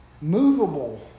movable